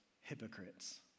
hypocrites